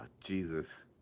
Jesus